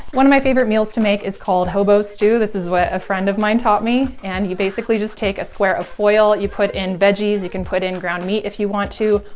one of my favorite meals to make is called hobo stew. this is what a friend of mine taught me. and you basically just take a square of foil, you put in veggies, you can put in ground meat if you want to,